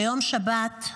ביום שבת,